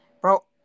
Bro